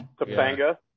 topanga